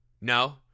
No